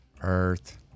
Earth